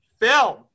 film